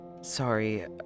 Sorry